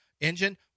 engine